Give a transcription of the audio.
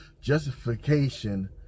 justification